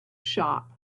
shop